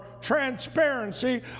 transparency